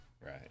right